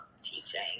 teaching